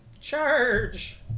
Charge